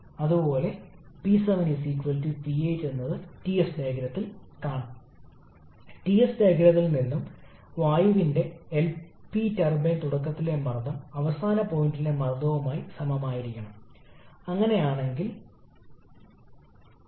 ഇത് നോക്കൂ ഇവിടെ വായു കംപ്രസ്സർ 1 ൽ പ്രവേശിച്ച് ഘട്ടം 2 ആയി പുറത്തുവരുന്നു തുടർന്ന് നമുക്ക് ഒരു ഇന്റർകൂളർ ഉണ്ട് അവിടെ ചൂട് വായു നിരസിക്കുന്നു